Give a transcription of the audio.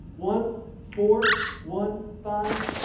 one, four, one, five,